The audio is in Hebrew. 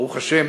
ברוך השם